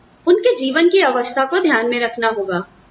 आपको उनके जीवन की अवस्थाको ध्यान में रखना होगा